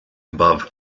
above